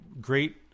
Great